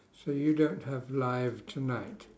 so you don't have live tonight